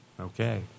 Okay